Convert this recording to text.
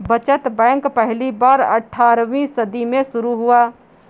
बचत बैंक पहली बार अट्ठारहवीं सदी में शुरू हुआ